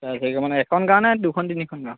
এখন গাঁও নে দুখন তিনিখন গাঁও